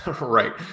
Right